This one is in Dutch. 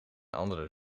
andere